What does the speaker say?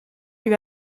lui